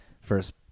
First